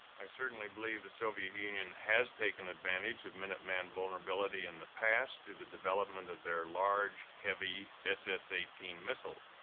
i certainly believe the soviet union has taken advantage of minuteman vulnerability in the past through the development of their large, heavy, ss eighteen missiles.